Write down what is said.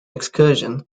excursion